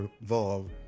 involve